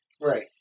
Right